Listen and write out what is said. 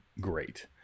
great